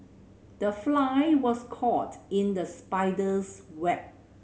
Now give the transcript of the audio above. the fly was caught in the spider's web